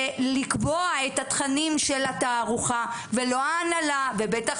לקבוע את התכנים של התערוכה ולא ההנהלה ובטח